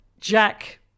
Jack